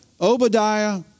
Obadiah